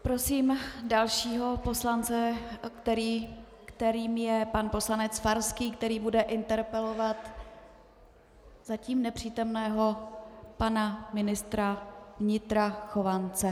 Prosím dalšího poslance, kterým je pan poslanec Farský, který bude interpelovat zatím nepřítomného pana ministra vnitra Chovance.